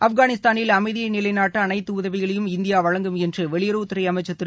ஆப்கானிஸ்தானில் அமைதியை நிலைநாட்ட அனைத்து உதவிகளையும் இந்தியா வழங்கும் என்று வெளியுறவுத் துறை அமைச்சர் திரு